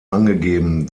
angegeben